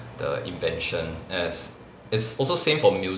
the invention as it's also same for